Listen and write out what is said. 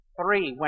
three